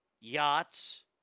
yachts